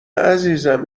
عزیزم